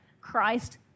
Christ